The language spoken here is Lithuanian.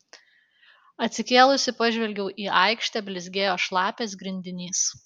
atsikėlusi pažvelgiau į aikštę blizgėjo šlapias grindinys